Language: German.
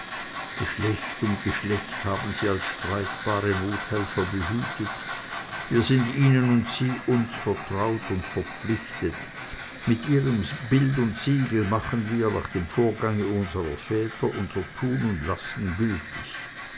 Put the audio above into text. geschlecht um geschlecht haben sie als streitbare nothelfer behütet wir sind ihnen und sie uns vertraut und verpflichtet mit ihrem bild und siegel machen wir nach dem vorgange unserer väter unser tun und lassen